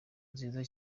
nziza